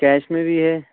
cash میں بھی ہے